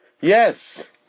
yes